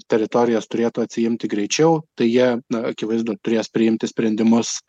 teritorijas turėtų atsiimti greičiau tai jie na akivaizdu turės priimti sprendimus